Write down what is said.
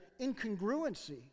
incongruency